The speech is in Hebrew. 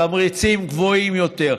תמריצים גבוהים יותר,